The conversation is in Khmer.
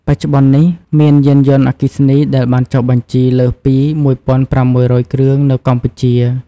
បច្ចុប្បន្ននេះ មានយានយន្តអគ្គិសនីដែលបានចុះបញ្ជីលើសពី ១,៦០០គ្រឿងនៅកម្ពុជា។